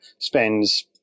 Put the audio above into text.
spends